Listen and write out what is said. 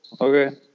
Okay